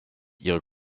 ihre